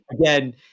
Again